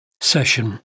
session